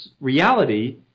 reality